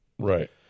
Right